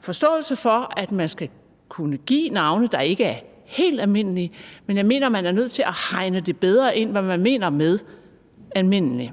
forståelse for, at man skal kunne give navne, der ikke er helt almindelige, men jeg mener, at man er nødt til at hegne det bedre ind, hvad man mener med »almindelig«,